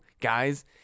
guys